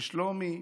לשלומי,